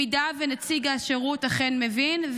במקרה שנציג השירות אכן מבין.